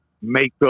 makeup